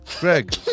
Greg